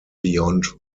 beyond